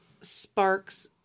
sparks